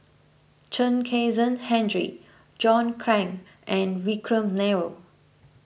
Chen Kezhan Henri John Clang and Vikram Nair